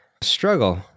struggle